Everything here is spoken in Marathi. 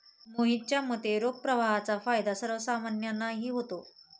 मोहितच्या मते, रोख प्रवाहाचा फायदा सर्वसामान्यांनाही होतो